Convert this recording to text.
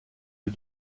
les